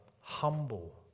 humble